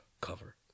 Cover